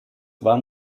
war